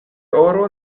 oro